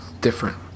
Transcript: different